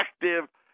effective